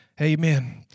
amen